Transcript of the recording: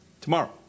Tomorrow